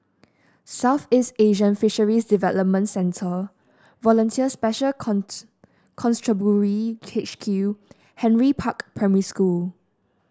Southeast Asian Fisheries Development Centre Volunteer Special Constabulary H Q Henry Park Primary School